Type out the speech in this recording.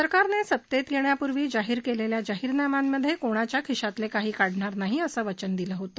सरकारने सत्तेत येण्यापूर्वी जाहिर केलेल्या जाहिरनाम्यामंध्ये कोणाच्या खिशातले काहीच काढणार नाही असे वचन दिले होते